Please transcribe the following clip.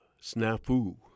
Snafu